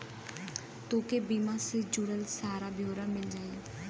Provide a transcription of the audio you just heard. तोके बीमा से जुड़ल सारा ब्योरा मिल जाई